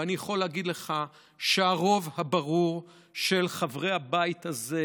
ואני יכול להגיד לך שהרוב הברור של חברי הבית הזה